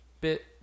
bit